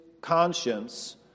conscience